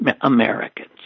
Americans